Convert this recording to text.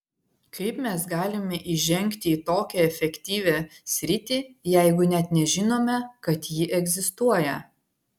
kaip mes galime įžengti į tokią efektyvią sritį jeigu net nežinome kad ji egzistuoja